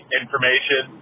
information